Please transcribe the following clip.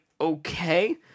okay